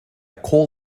call